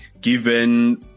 given